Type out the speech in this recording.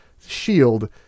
shield